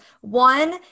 One